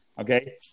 Okay